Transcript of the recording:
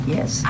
Yes